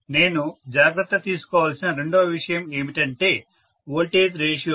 నేను జాగ్రత్త తీసుకోవాల్సిన రెండవ విషయం ఏమిటంటే వోల్టేజ్ రేషియోలు